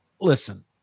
Listen